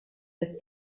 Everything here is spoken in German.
des